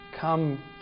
come